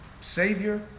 Savior